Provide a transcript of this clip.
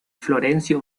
florencio